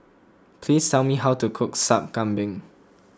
please tell me how to cook Sup Kambing